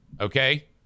Okay